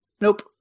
Nope